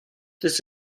this